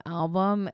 album